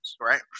right